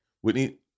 Whitney